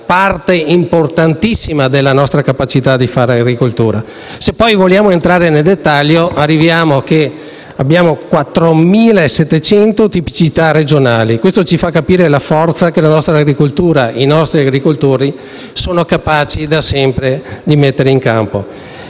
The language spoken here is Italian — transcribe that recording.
una parte importantissima della nostra capacità di fare agricoltura. Se poi vogliamo entrare nel dettaglio, abbiamo 4.700 tipicità regionali e questo ci fa capire la forza che la nostra agricoltura e i nostri agricoltori sono da sempre capaci di mettere in campo.